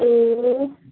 ए